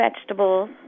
vegetables